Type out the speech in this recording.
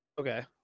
Okay